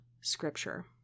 scripture